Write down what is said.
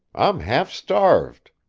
i'm half-starved.